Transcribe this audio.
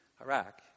Iraq